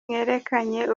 mwerekanye